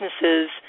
businesses